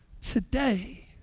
today